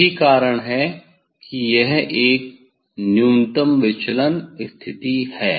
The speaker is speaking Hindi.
यही कारण है कि यह एक न्यूनतम विचलन स्थिति है